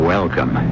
Welcome